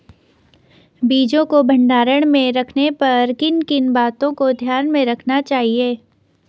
बीजों को भंडारण में रखने पर किन किन बातों को ध्यान में रखना चाहिए?